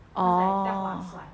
orh